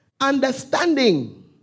Understanding